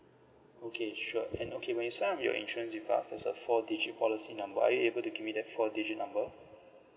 okay sure and okay when you sign up your insurance with us there's a four digit policy number are you able to give me the four digit number